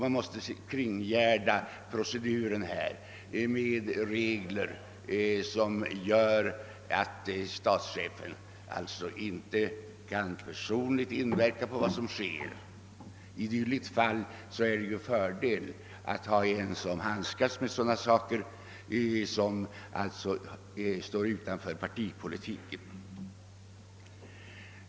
Man måste kringgärda procedurfrågorna med regler som gör att statschefen inte personligen kan inverka på skeendet och då är det ju en fördel att den person som skall fullgöra dessa åligganden står utanför partipolitiken.